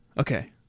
okay